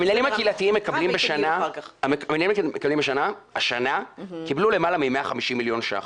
המינהלים הקהילתיים קיבלו השנה למעלה מ-150 מיליון ש"ח.